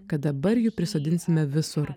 kad dabar jų prisodinsime visur